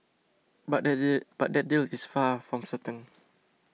but but that deal is far from certain